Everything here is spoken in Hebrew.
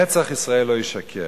נצח ישראל לא ישקר.